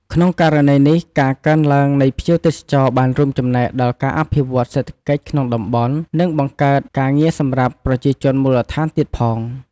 ក្នុងករណីនេះ ការកើនឡើងនៃភ្ញៀវទេសចរ បានរួមចំណែកដល់ការអភិវឌ្ឍន៍សេដ្ឋកិច្ចក្នុងតំបន់ និងបង្កើតការងារសម្រាប់ប្រជាជនមូលដ្ឋានទៀតផង។